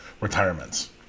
retirements